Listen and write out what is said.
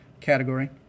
category